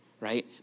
right